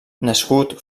nascut